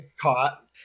caught